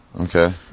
Okay